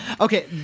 Okay